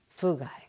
Fugai